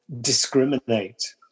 discriminate